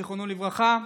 זיכרונו לברכה,